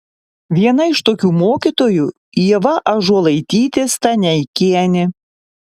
viena iš tokių mokytojų ieva ąžuolaitytė staneikienė